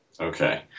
Okay